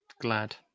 glad